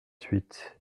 huit